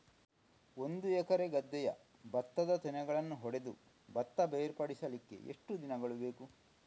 ಒಂದು ಎಕರೆ ಗದ್ದೆಯ ಭತ್ತದ ತೆನೆಗಳನ್ನು ಹೊಡೆದು ಭತ್ತ ಬೇರ್ಪಡಿಸಲಿಕ್ಕೆ ಎಷ್ಟು ದಿನಗಳು ಬೇಕು?